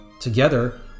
Together